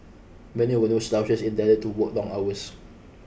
many were no slouches and tended to work long hours